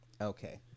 Okay